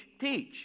teach